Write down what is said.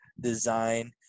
design